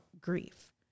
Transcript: grief